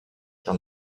car